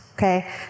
Okay